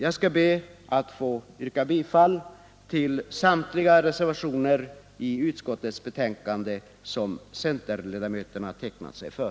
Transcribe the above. Jag ber att få yrka bifall till samtliga reservationer i utskottets betänkande, som centerledamöterna tecknat sig för.